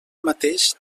mateix